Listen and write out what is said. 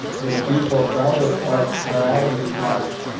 the default browser stars are adding these margins.